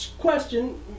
Question